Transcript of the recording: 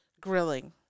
grilling